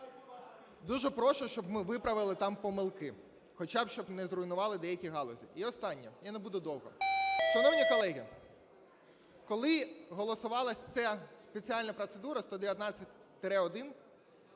Дуже прошу, щоб ми виправили там помилки, хоча б щоб не зруйнували деякі галузі. І останнє, я не буду довго. Шановні колеги, коли голосувалася ця спеціальна процедура 119-1